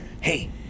hey